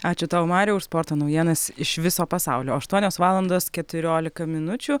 ačiū tau mariau už sporto naujienas iš viso pasaulio aštuonios valandos keturiolika minučių